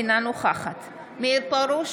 אינה נוכחת מאיר פרוש,